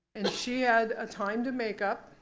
and she had a time to make up.